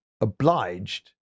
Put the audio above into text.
obliged